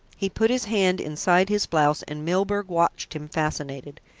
he put his hand inside his blouse and milburgh watched him fascinated,